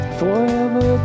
forever